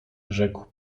rzekł